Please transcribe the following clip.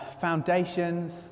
foundations